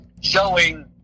showing